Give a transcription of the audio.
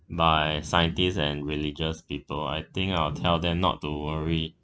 by scientists and religious people I think I'll tell them not to worry